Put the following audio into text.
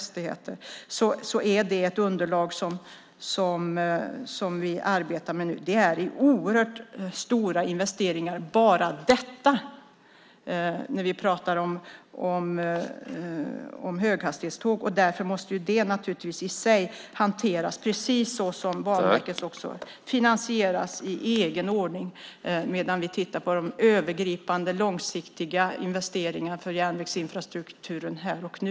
Det är ett underlag som vi arbetar med nu. Bara höghastighetstågen innebär stora investeringar. Därför måste det naturligtvis finansieras i egen ordning medan vi tittar på de övergripande långsiktiga investeringarna för järnvägsinfrastrukturen här och nu.